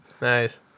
Nice